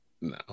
No